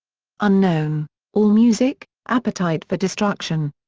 unknown allmusic appetite for destruction.